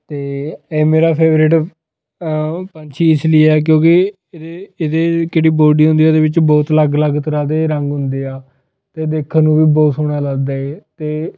ਅਤੇ ਇਹ ਮੇਰਾ ਫੇਵਰੇਟ ਪੰਛੀ ਇਸ ਲਈ ਹੈ ਕਿਉਂਕਿ ਇਹਦੇ ਇਹਦੇ ਕਿਹੜੀ ਬੋਡੀ ਹੁੰਦੀ ਉਹਦੇ ਵਿੱਚ ਬਹੁਤ ਅਲੱਗ ਅਲੱਗ ਤਰ੍ਹਾਂ ਦੇ ਰੰਗ ਹੁੰਦੇ ਆ ਅਤੇ ਦੇਖਣ ਨੂੰ ਵੀ ਬਹੁਤ ਸੋਹਣਾ ਲੱਗਦਾ ਏ ਅਤੇ